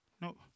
No